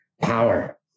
Power